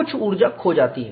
कुछ ऊर्जा खो जाती है